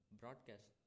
broadcast